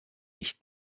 nicht